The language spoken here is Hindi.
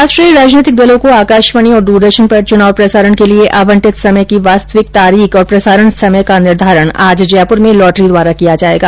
राष्ट्रीय राजनीतिक दलों को आकाशवाणी और दूरदर्शन पर चुनाव प्रसारण के लिए आवंटित समय की वास्तविक तिथि और प्रसारण समय का निर्धारण आज जयपूर में लॉटरी द्वारा किया जाएगा